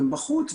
הם בחוץ,